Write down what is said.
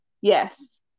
Yes